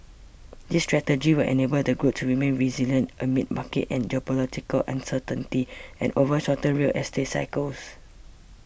this strategy will enable the group to remain resilient amid market and geopolitical uncertainty and over shortened real estate cycles